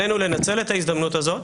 עלינו לנצל את ההזדמנות הזאת,